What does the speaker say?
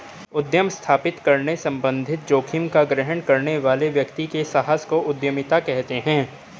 उद्यम स्थापित करने संबंधित जोखिम का ग्रहण करने वाले व्यक्ति के साहस को उद्यमिता कहते हैं